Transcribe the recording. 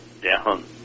down